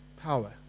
power